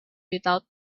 without